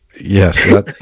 Yes